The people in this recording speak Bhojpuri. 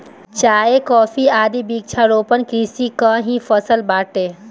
चाय, कॉफी आदि वृक्षारोपण कृषि कअ ही फसल बाटे